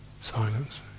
silence